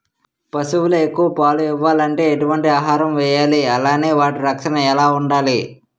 పశువులు ఎక్కువ పాలు ఇవ్వాలంటే ఎటు వంటి ఆహారం వేయాలి అలానే వాటి రక్షణ ఎలా వుండాలి?